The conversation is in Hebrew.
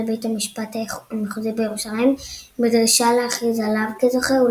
לבית המשפט המחוזי בירושלים בדרישה להכריז עליו כזוכה,